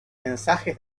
mensaje